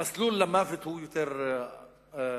המסלול למוות הוא יותר קצר.